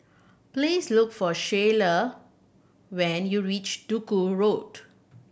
please look for Shyla when you reach Duku Road